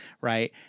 right